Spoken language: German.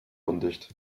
undicht